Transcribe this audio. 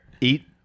Eat